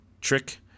trick